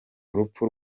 urupfu